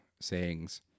sayings